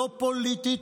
לא פוליטית,